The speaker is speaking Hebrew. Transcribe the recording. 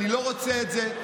אני לא רוצה את זה,